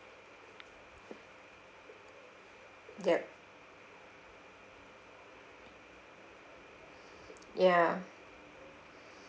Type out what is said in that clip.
yup ya